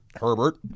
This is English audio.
Herbert